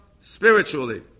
spiritually